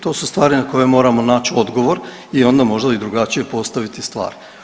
To su stvari na koje moramo nać odgovor i onda možda i drugačije postaviti stvari.